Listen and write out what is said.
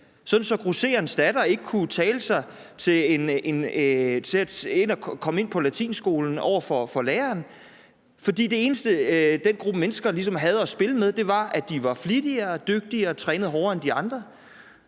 ikke over for læreren kunne tale sig til at komme ind på latinskolen. For det eneste, den gruppe mennesker ligesom havde at spille med, var, at de var flittigere og dygtigere og trænede hårdere end de andre,